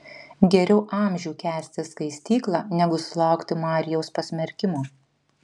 geriau amžių kęsti skaistyklą negu sulaukti marijaus pasmerkimo